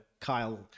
Kyle